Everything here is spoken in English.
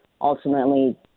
ultimately